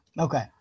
Okay